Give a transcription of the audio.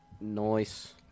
Nice